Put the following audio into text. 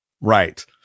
Right